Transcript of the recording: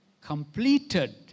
completed